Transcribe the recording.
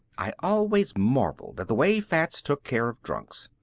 i always marveled at the way fats took care of drunks,